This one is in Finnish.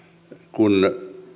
kun